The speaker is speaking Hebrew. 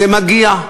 זה מגיע.